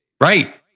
Right